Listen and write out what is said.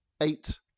eight